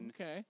Okay